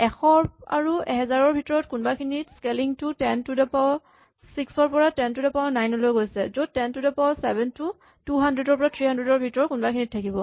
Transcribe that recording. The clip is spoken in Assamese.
১০০ আৰু ১০০০ ৰ ভিতৰৰ কোনোবাখিনিত স্কেলিং টো টেন টু দ ছিক্স ৰ পৰা টেন টু দ নাইন লৈ গৈছে য'ত ten to the power seven টো ২০০ ৰ পৰা ৩০০ ৰ ভিতৰৰ কোনোবাখিনিত থাকিব